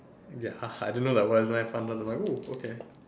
ya I don't know that was always fun of like I'm like oh okay